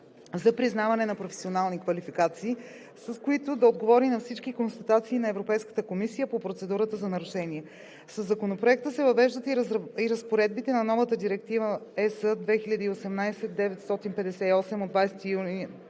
за признаване на професионални квалификации, с които да отговори на всички констатации на Европейската комисия по процедурата за нарушения. Със Законопроекта се въвеждат и разпоредбите на новата Директива (ЕС) 2018/958 от 28 юни